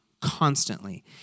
constantly